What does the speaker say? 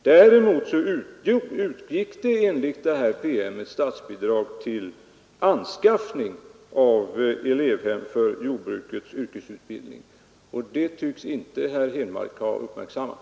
Däremot utgick det enligt denna PM ett statsbidrag till anskaffning av elevhem för jordbrukets yrkesutbildning, och det tycks inte herr Henmark ha uppmärksammat.